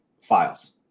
files